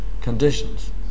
conditions